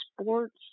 sports